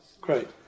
great